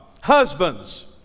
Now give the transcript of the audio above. Husbands